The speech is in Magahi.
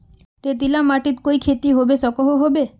रेतीला माटित कोई खेती होबे सकोहो होबे?